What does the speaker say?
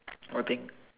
what thing